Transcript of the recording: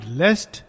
lest